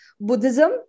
Buddhism